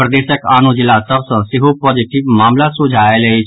प्रदेशक आनो जिला सभ सँ सेहो पॉजिटिव मामिला सोझा आयल अछि